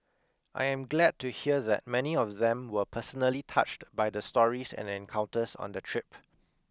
I am glad to hear that many of them were personally touched by the stories and encounters on the trip